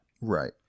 Right